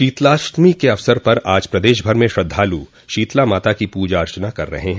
शीतलाष्टमी के अवसर पर आज प्रदशभर में श्रद्धालु शीतला माता की पूजा अर्चना कर रहे हैं